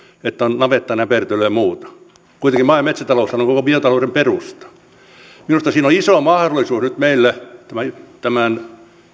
että on navettanäpertelyä ja muuta kuitenkin maa ja metsätaloushan on koko biotalouden perusta minusta siinä on iso mahdollisuus nyt meille tämän